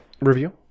review